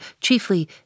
chiefly